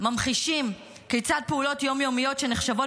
מ חישים כיצד פעולות יום-יומיות שנחשבות